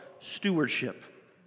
stewardship